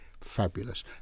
fabulous